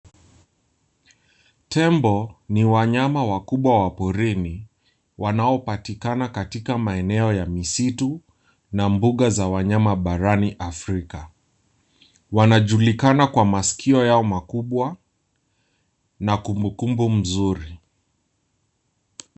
Tembo ni wanyama wakubwa wa porini wanaopatikana katika maeneo ya misitu na mbuga za wanyama barani Afrika. Wanajulikana kwa masikio yao maku. bwa na kumbukumbu mzuri.